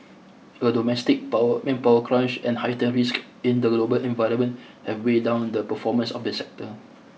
a domestic power manpower crunch and heightened risks in the global environment have weighed down the performance of the sector